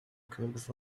climbs